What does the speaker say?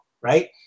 right